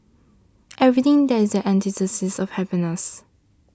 everything that is the antithesis of happiness